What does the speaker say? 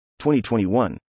2021